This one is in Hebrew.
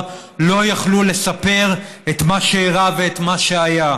לא יוכלו לספר את מה שאירע ואת מה שהיה,